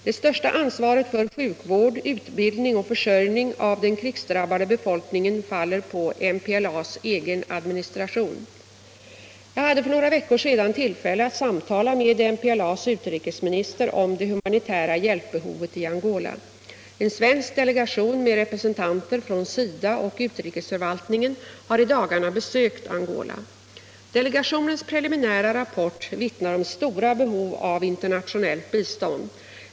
Det största ansvaret för den krigsdrabbade befolkningens sjukvård, utbildning och försörjning faller på MPLA:s egen administration. Jag hade för några veckor sedan tillfälle att samtala med MPLA:s utrikesminister om det humanitära hjälpbehovet i Angola. En svensk delegation med representanter från SIDA och utrikesförvaltningen har i dagarna besökt Angola. Delegationens preliminära rapport vittnar om stora behov av internationellt bistånd.